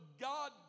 God